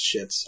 shits